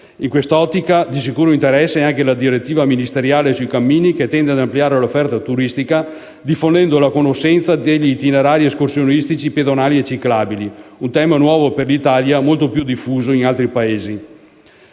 In quest'ottica, di sicuro interesse è anche la direttiva ministeriale sui cammini, che tende ad ampliare l'offerta turistica diffondendo la conoscenza degli itinerari escursionistici pedonali e ciclabili, un tema nuovo per l'Italia, ma molto più diffuso in altri Paesi.